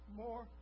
more